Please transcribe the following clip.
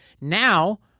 Now